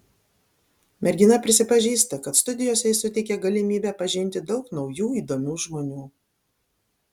mergina prisipažįsta kad studijos jai suteikė galimybę pažinti daug naujų įdomių žmonių